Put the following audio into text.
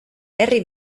herri